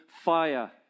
fire